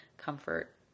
comfort